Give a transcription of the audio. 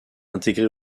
intégré